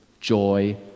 joy